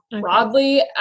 broadly